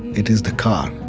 it is the car.